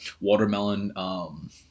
watermelon